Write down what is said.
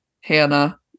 Hannah